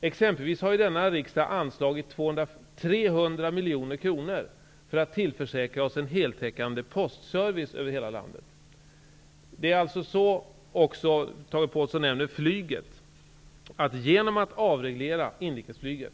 Denna riksdag har exempelvis anslagit 300 miljoner kronor för att tillförsäkra oss en heltäckande postservice över hela landet. Genom att avreglera inrikesflyget